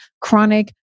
chronic